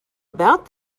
about